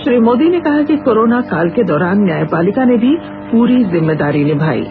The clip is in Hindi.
श्री मोदी ने कहा कोरोना काल के दौरान न्यायपालिका ने भी पूरी जिम्मेदारी निभाई है